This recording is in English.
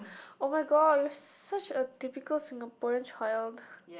oh-my-god you're such a typical Singaporean child